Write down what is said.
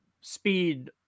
speed